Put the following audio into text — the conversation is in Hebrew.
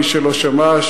מי שלא שמע,